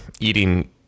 eating